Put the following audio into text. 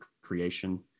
creation